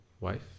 wife